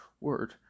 word